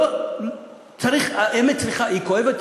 האמת היא כואבת,